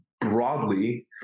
broadly